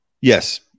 Yes